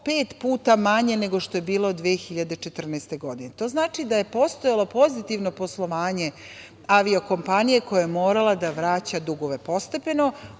pet puta manje nego što je bilo 2014. godine. To znači da je postojalo pozitivno poslovanje avio-kompanije, koja je morala da vraća dugove postepeno.